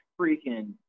freaking